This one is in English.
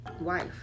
wife